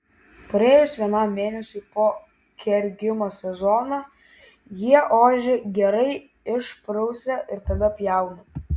praėjus vienam mėnesiui po kergimo sezono jie ožį gerai išprausia ir tada pjauna